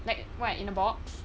like what in a box